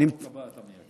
גם בחוק הבא אתה עולה.